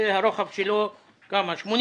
הרוחב שלו 80,